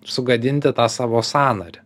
sugadinti tą savo sąnarį